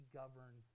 govern